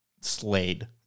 Slade